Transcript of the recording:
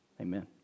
Amen